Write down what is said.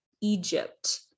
Egypt